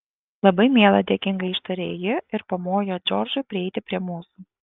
labai miela dėkingai ištarė ji ir pamojo džordžui prieiti prie mūsų